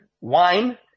wine